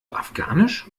afghanisch